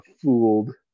fooled